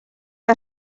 que